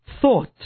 thought